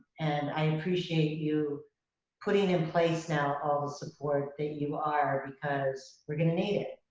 and i appreciate you putting in place now all the support that you are because we're gonna need it.